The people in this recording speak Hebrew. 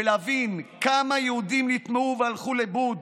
ולהבין כמה יהודים נטמעו והלכו לאיבוד.